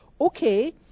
Okay